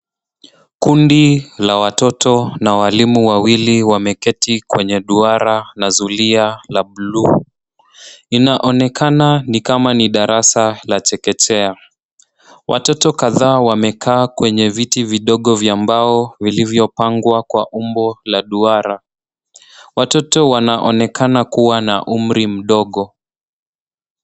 Kundi la watoto na walimu wawili wameketi kwenye duara la zulia la buluu. Inaonekana ni kama ni darasa la chekechea. Watoto kadhaa wamekaa kwenye viti vidogo vya mbao vilivyopangwa kwa umbo la duara. Watoto wanaonekana kuwa na umri mdogo.